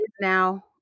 now